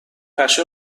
پشه